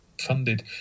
funded